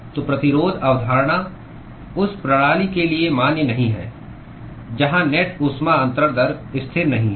तो प्रतिरोध अवधारणा उस प्रणाली के लिए मान्य नहीं है जहां नेट ऊष्मा अन्तरण दर स्थिर नहीं है